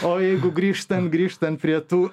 o jeigu grįžtant grįžtant prie tų